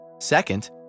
Second